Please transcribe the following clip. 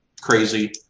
crazy